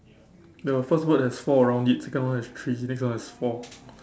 the first word has four around it second one has three next one has four